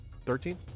thirteen